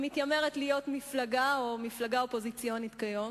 המתיימר להיות מפלגה או מפלגה אופוזיציונית כיום,